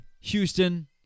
Houston